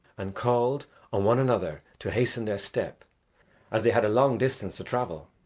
and called on one another to hasten their step as they had a long distance to travel,